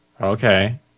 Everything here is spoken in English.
Okay